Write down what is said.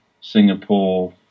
Singapore